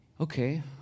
okay